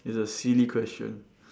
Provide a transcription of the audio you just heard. it's a silly question